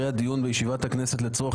על סדר-היום: סדרי הדיון בישיבת הכנסת לצורך